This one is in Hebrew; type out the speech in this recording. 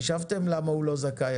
חישבתם למה הוא לא זכאי,